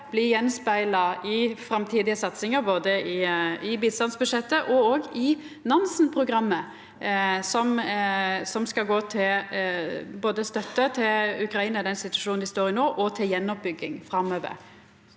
bli spegla i framtidige satsingar, både i bistandsbudsjettet og i Nansen-programmet, som skal gå til både støtte til Ukraina i den situasjonen dei står i no, og til gjenoppbygging framover?